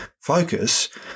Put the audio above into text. focus